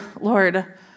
Lord